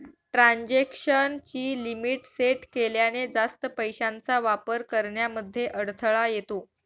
transaction ची limit set केल्याने, जास्त पैशांचा वापर करण्यामध्ये अडथळा येतो